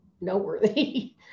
noteworthy